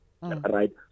right